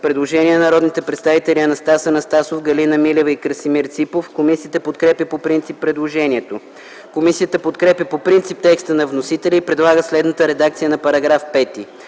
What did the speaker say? Предложение на народните представители Анастас Анастасов, Галина Милева и Красимир Ципов. Комисията подкрепя по принцип предложението. Комисията подкрепя по принцип текста на вносителя и предлага следната редакция на § 5: „§ 5.